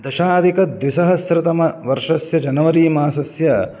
दशाधिकद्विसहस्रतमवर्षस्य जनवरी मासस्य